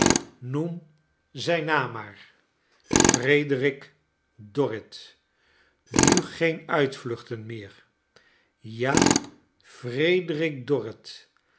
noem zijn naam maar frederik dorrit nu geen uitvluchten meer ja frederik dorrit